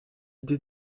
idée